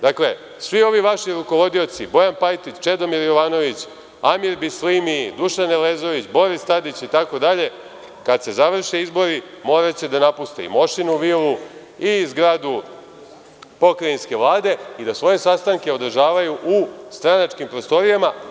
Dakle, svi ovi vaši rukovodioci, Bojan Pajtić, Čedomir Jovanović, Amir Bislimi, Dušan Elezović, Boris Tadić itd, kada se završe izbori moraće da napuste i Mošinu vilu i zgradu Pokrajinske vlade i da svoje sastanke održavaju u stranačkim prostorijama.